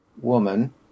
woman